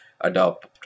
adopt